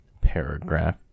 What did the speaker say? paragraph